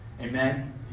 Amen